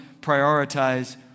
prioritize